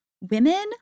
Women